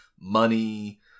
money